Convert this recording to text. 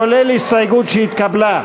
כולל הסתייגות שהתקבלה.